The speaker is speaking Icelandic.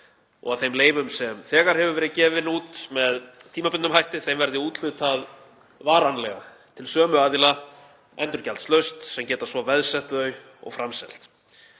og að þeim leyfum sem þegar hafa verið gefin út með tímabundnum hætti verði úthlutað varanlega til sömu aðila endurgjaldslaust sem geta svo veðsett þau og framselt.